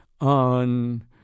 on